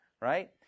right